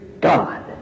God